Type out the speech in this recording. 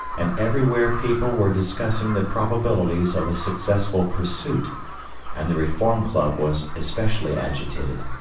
and everywhere people were discussing the probabilities of a successful pursuit and the reform club was especially agitated,